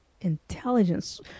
Intelligence